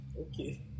okay